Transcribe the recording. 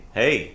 hey